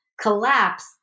collapse